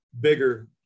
bigger